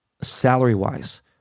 salary-wise